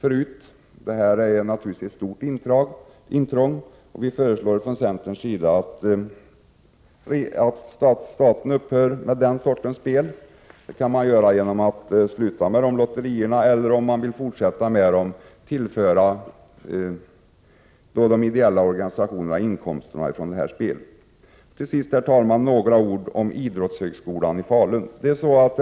Staten har här gjort ett stort intrång, varför centern föreslår att staten upphör med den sortens spel. Antingen kan man upphöra med detta slag av lotterier eller, om man vill fortsätta med dem, tillföra de ideella organisationerna inkomsterna från spelet. Till sist, herr talman, skall jag säga några ord om idrottshögskolan i Falun.